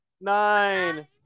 Nine